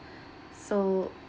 so